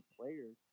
players